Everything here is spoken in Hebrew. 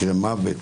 מקרה מוות,